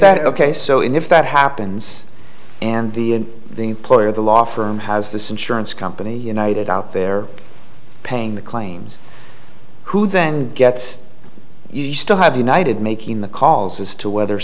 that ok so if that happens and the employer the law firm has this insurance company united out there paying the claims who then gets you still have united making the calls as to whether